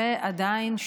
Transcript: ועדיין,